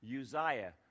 Uzziah